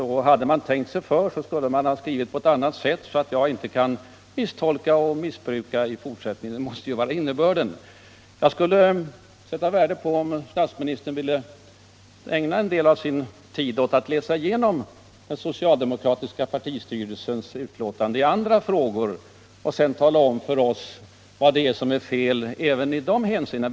Om man hade tänkt sig för så skulle man ha skrivit på ett annat sätt så att jag inte kan misstolka eller missbruka det i fortsättningen. Detta måste ju vara innebörden. Jag skulle sätta värde på om statsministern ville ägna en del av sin tid åt att läsa igenom den socialdemokratiska partistyrelsens utlåtanden i andra frågor och sedan tala om för oss vad det är för fel även i dessa.